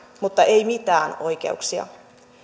mutta ei mitään oikeuksia